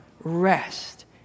rest